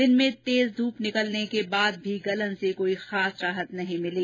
दिन में तेज धूप निकलने के बाद भी गलन से कोई खास राहत नहीं मिली